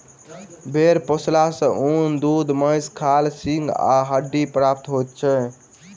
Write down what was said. भेंड़ पोसला सॅ ऊन, दूध, मौंस, खाल, सींग आ हड्डी प्राप्त होइत छै